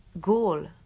goal